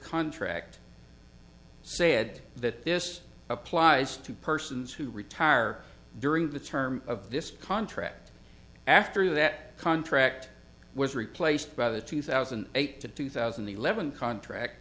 contract said that this applies to persons who retire during the term of this contract after that contract was replaced by the two thousand and eight to two thousand and eleven contract